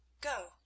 Go